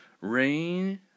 rain